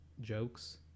jokes